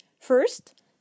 First